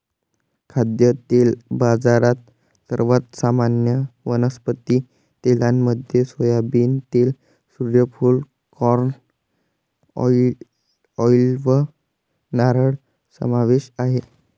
खाद्यतेल बाजारात, सर्वात सामान्य वनस्पती तेलांमध्ये सोयाबीन तेल, सूर्यफूल, कॉर्न, ऑलिव्ह, नारळ समावेश आहे